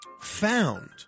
found